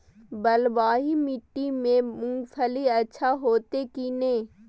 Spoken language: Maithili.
बलवाही माटी में मूंगफली अच्छा होते की ने?